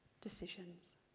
decisions